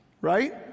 Right